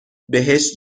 بهش